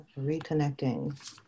reconnecting